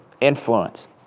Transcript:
influence